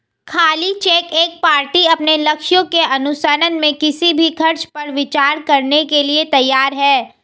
खाली चेक एक पार्टी अपने लक्ष्यों के अनुसरण में किसी भी खर्च पर विचार करने के लिए तैयार है